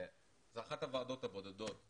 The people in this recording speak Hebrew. זו אחת הוועדות הבודדות,